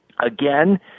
again